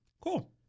Cool